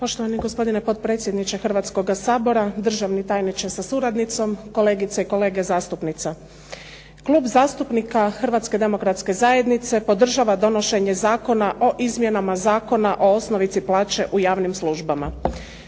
Poštovani gospodine potpredsjedniče Hrvatskoga sabora, državni tajniče sa suradnicom, kolegice i kolege zastupnici. Klub zastupnika Hrvatske demokratske zajednice podržava donošenje Zakona o izmjenama Zakona o osnovici plaće u javnim službama.